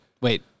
Wait